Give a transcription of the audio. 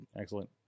excellent